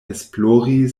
esplori